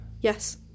yes